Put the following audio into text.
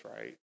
Right